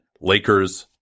lakers